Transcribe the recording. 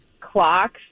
clocks